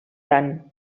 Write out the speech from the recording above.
tant